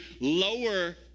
lower